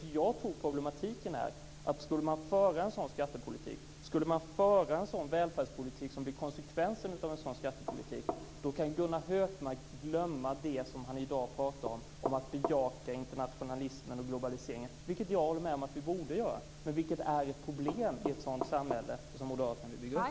Jag tror att problematiken är att skulle man föra en sådan välfärdspolitik som blir konsekvensen av den skattepolitiken kan Gunnar Hökmark glömma det som han i dag pratar om, att bejaka internationalismen och globaliseringen, vilket jag håller med om att vi borde göra. Men det är ett problem i ett sådant samhälle som moderaterna vill bygga upp.